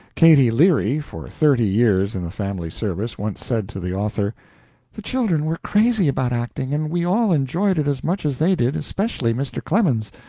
katy leary, for thirty years in the family service, once said to the author the children were crazy about acting, and we all enjoyed it as much as they did, especially mr. clemens,